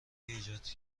ایجاد